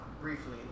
briefly